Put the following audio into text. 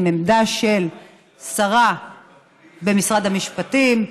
עם עמדה של שרה במשרד המשפטים,